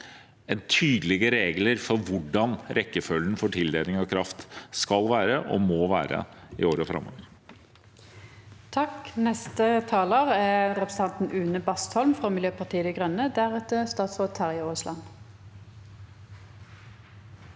få tydelige regler om hvordan rekkefølgen for tildeling av kraft skal og må være i årene framover.